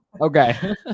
Okay